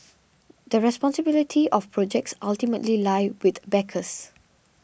the responsibility of projects ultimately lie with backers